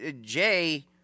Jay